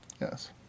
Yes